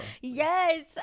Yes